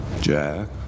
Jack